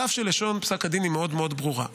אף שלשון פסק הדין היא מאוד מאוד ברורה,